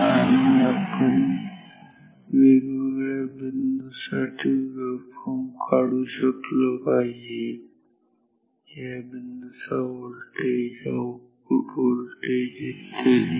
आणि आपण वेगवेगळ्या बिंदू साठी वेव्हफॉर्म काढू शकलो पाहिजे या बिंदूचा व्होल्टेज आउटपुट व्होल्टेज इत्यादी